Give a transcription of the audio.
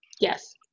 Yes